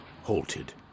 halted